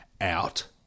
out